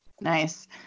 Nice